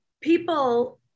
people